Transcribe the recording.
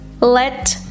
Let